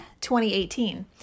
2018